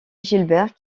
gilbert